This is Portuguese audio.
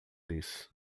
disse